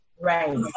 right